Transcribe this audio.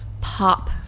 pop